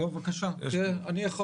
תומך